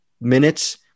minutes